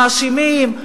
מאשימים,